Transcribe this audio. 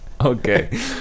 Okay